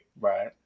Right